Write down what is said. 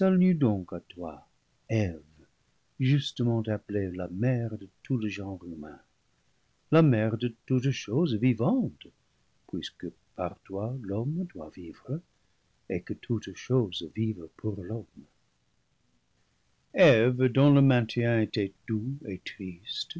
à toi eve justement appelée la mère de tout le genre humain la mère de toutes choses vivantes puisque par toi l'homme doit vivre et que toutes choses vivent pour l'homme eve dont le maintien était doux et triste